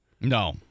no